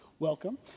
Welcome